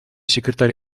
секретарь